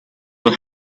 will